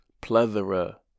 plethora